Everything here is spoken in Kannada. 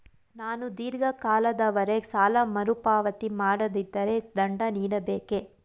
ನಾನು ಧೀರ್ಘ ಕಾಲದವರೆ ಸಾಲ ಮರುಪಾವತಿ ಮಾಡದಿದ್ದರೆ ದಂಡ ನೀಡಬೇಕೇ?